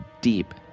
deep